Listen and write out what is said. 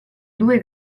due